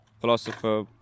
Philosopher